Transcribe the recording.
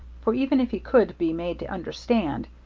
for even if he could be made to understand,